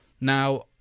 Now